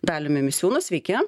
daliumi misiūnu sveiki